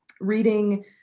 reading